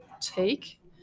take